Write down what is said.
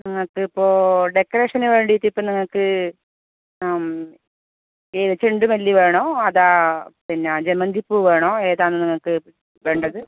അതിപ്പോൾ ഡെക്കറേഷന് വേണ്ടിയിട്ടിപ്പം നിങ്ങൾക്ക് ഈ ചെണ്ടുമല്ലി വേണോ അതോ പിന്നെ ജമന്തി പൂ വേണോ ഏതാണ് നിങ്ങൾക്ക് വേണ്ടത്